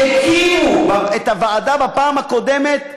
כשהקימו את הוועדה בפעם הקודמת,